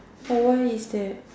oh why is that